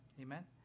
Amen